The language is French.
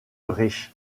reich